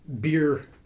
beer